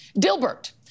Dilbert